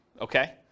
Okay